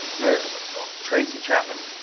the tracy chapman.